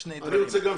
אני רוצה שתתייחס,